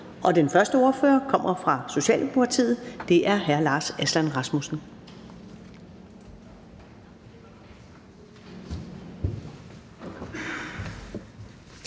den første ordfører kommer fra Socialdemokratiet, og det er hr. Lars Aslan Rasmussen.